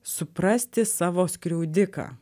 suprasti savo skriaudiką